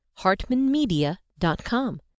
hartmanmedia.com